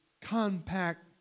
compact